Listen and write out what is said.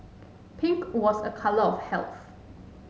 pink was a colour of health